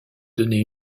donné